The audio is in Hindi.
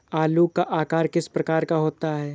आलू का आकार किस प्रकार का होता है?